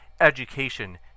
education